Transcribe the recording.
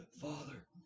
Father